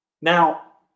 Now